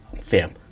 fam